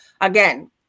again